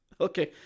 Okay